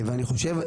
ואני חושב,